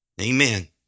Amen